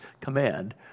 command